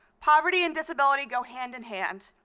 poverty and disability go hand in hand.